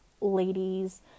ladies